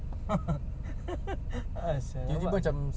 asal lawak